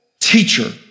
Teacher